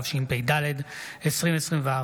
התשפ"ד 2024,